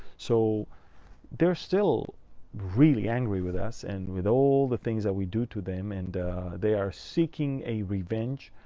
so they're still really angry with us and with all the things that we do to them, and they are seeking a revenge.